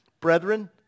Brethren